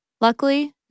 Luckily